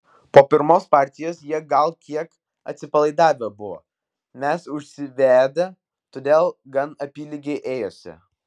po pirmos partijos jie gal kiek atsipalaidavę buvo mes užsivedę todėl gan apylygiai ėjosi